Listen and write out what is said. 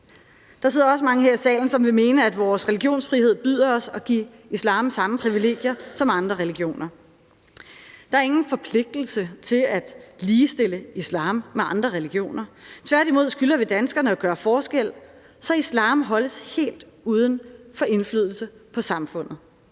Der sidder også mange her i salen, som vil mene, at vores religionsfrihed byder os at give islam samme privilegier som andre religioner. Der er ingen forpligtelse til at ligestille islam med andre religioner. Tværtimod skylder vi danskerne at gøre forskel, så islam holdes helt uden for indflydelse på samfundet.